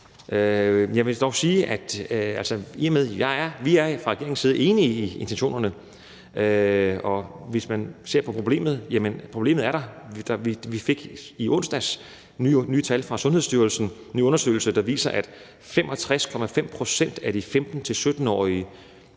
Jeg vil dog sige, at vi fra regeringens side er enige i intentionerne, og problemet er der også. Vi fik i onsdags nye tal fra Sundhedsstyrelsen fra en ny undersøgelse, der viser, at 65,5 pct. af de 15-17-årige